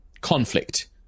conflict